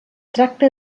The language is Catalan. tracta